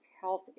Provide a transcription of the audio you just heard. health